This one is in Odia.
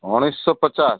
ଉଣେଇଶହ ପଚାଶ